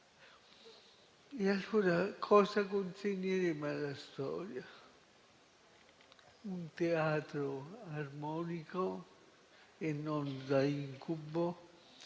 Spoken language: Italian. E allora cosa consegneremo alla storia? Un teatro armonico e non da incubo,